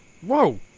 whoa